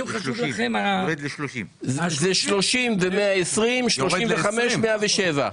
אלה 30. זה 30 ו-120 או 35 ו-107.